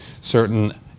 certain